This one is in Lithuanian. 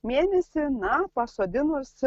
mėnesį na pasodinus